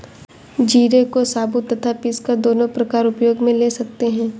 जीरे को साबुत तथा पीसकर दोनों प्रकार उपयोग मे ले सकते हैं